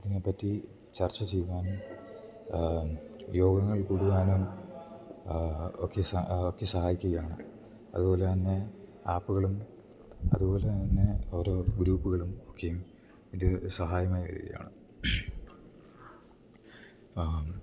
അതിനെ പറ്റി ചർച്ച ചെയ്യുവാനും യോഗങ്ങൾ കൂടുവാനും ഒക്കെ ഒക്കെ സഹായിക്കുകയാണ് അതുപോലെ തന്നെ ആപ്പുകളും അതുപോലെ തന്നെ ഓരോ ഗ്രൂപ്പുകളും ഒക്കെയും ഇത് സഹായമായി വരികയാണ് പ